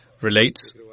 relates